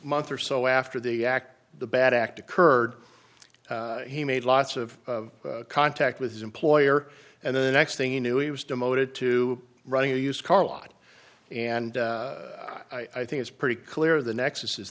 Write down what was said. month or so after the act the bad act occurred he made lots of contact with his employer and the next thing you knew he was demoted to running a used car lot and i think it's pretty clear the nexus is